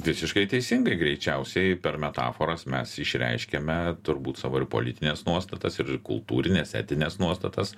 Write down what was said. visiškai teisingai greičiausiai per metaforas mes išreiškiame turbūt savo ir politines nuostatas ir kultūrines etines nuostatas